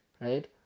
Right